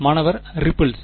மாணவர் மாணவர் ரிப்பிள்ஸ்